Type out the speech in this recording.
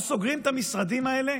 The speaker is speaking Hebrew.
אנחנו סוגרים את המשרדים האלה